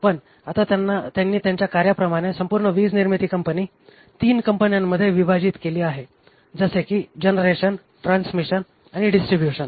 पण आता त्यांनी त्यांच्या कार्यांप्रमाणे संपूर्ण वीजनिर्मिती कंपनी ३ कंपन्यांमध्ये विभाजित केली आहे जसे की जनरेशन ट्रान्समिशन आणि डीसट्रीब्युशन